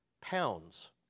pounds